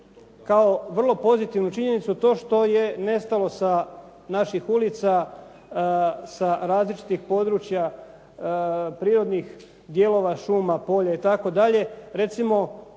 kao vrlo pozitivnu činjenicu to što je nestalo sa naših ulica, sa različitih područja prirodnih dijelova šuma, polja itd.,